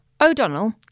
O'Donnell